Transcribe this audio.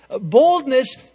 boldness